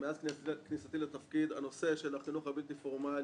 שמאז כניסתי לתפקיד הנושא של החינוך הבלתי-פורמלי